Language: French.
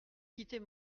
quitter